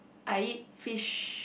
I eat fish